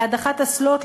להדחת אסלות,